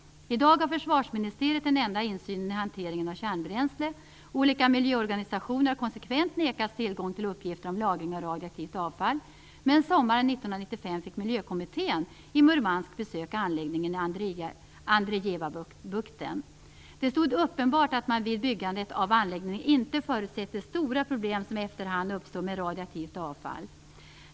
I dag är det bara försvarsministeriet som har insyn i hanteringen av kärnbränsle. Olika miljöorganisationer har konsekvent nekats tillgång till uppgifter om lagring av radioaktivt avfall, men sommaren 1995 fick miljökommittén i Murmansk besöka anläggningen i Andrejevabukten. Det var uppenbart att man vid byggandet av anläggningen inte förutsett de stora problem som efter hand uppstår med radioaktivt avfall.